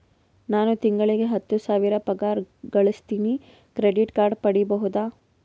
ನಾನು ತಿಂಗಳಿಗೆ ಹತ್ತು ಸಾವಿರ ಪಗಾರ ಗಳಸತಿನಿ ಕ್ರೆಡಿಟ್ ಕಾರ್ಡ್ ಪಡಿಬಹುದಾ?